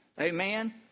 Amen